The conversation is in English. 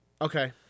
Okay